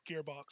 gearbox